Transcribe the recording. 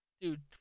dude